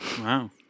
Wow